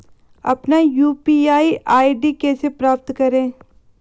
अपना UPI ID कैसे प्राप्त करें?